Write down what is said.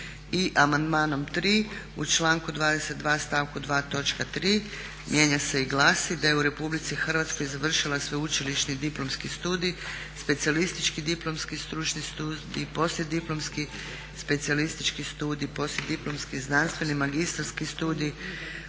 I amandmanom 3 u članku 22. stavku 2. točka 3. mijenja se i glasi da je u RH završila sveučilišni diplomski studij, specijalistički diplomski stručni studij, poslijediplomski specijalistički studij, poslijediplomski znanstveni magistarski studij,